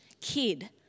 kid